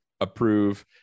approve